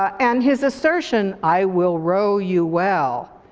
and his assertion, i will row you well,